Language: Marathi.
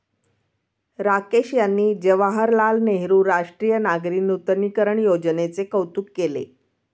राकेश यांनी जवाहरलाल नेहरू राष्ट्रीय नागरी नूतनीकरण योजनेचे कौतुक केले